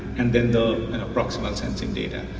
and then the and proximal sensing data.